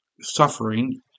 suffering